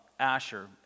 asher